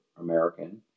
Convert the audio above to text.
American